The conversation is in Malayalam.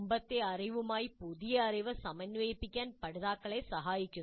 മുമ്പത്തെ അറിവുമായി പുതിയ അറിവ് സമന്വയിപ്പിക്കാൻ പഠിതാക്കളെ സഹായിക്കുന്നു